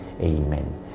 amen